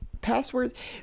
passwords